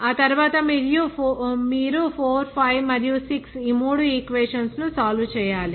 ఆ తరువాత మీరు 4 5 మరియు 6 ఈ మూడు ఈక్వేషన్స్ ను సాల్వ్ చేయాలి